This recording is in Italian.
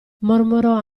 mormorò